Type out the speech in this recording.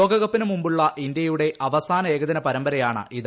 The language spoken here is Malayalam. ലോകകപ്പിന് മുമ്പുള്ള ഇന്ത്യയുടെ അവസാന ഏകദിന പരമ്പരയാണ് ഇത്